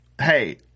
hey